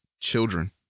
children